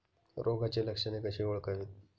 रोगाची लक्षणे कशी ओळखावीत?